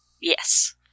Yes